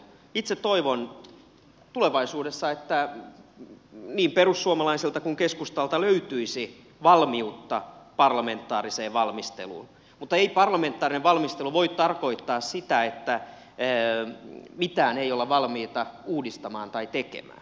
itse toivon että tulevaisuudessa niin perussuomalaisilta kuin keskustalta löytyisi valmiutta parlamentaariseen valmisteluun mutta ei parlamentaarinen valmistelu voi tarkoittaa sitä että mitään ei olla valmiita uudistamaan tai tekemään